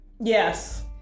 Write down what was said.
yes